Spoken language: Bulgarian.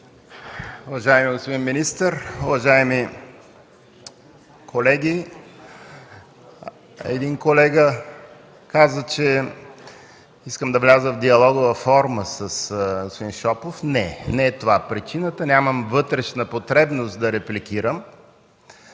Уважаеми господин министър, уважаеми колеги! Един колега каза, че искам да вляза в диалогова форма с господин Шопов – не, не е това причината. Нямам вътрешна потребност да репликирам.